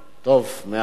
טוב, מאה אחוז, אדוני.